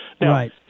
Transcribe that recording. Right